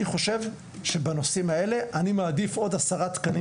אני חושב שבנושאים האלה אני מעדיף עוד 10 תקנים